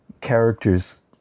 characters